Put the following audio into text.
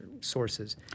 sources